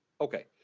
Okay